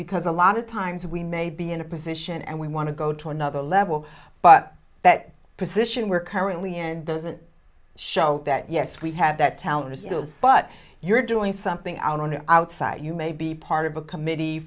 because a lot of times we may be in a position and we want to go to another level but that position we're currently and those and show that yes we have that talent but you're doing something out on the outside you may be part of a committee